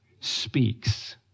speaks